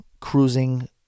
cruising